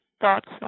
thoughts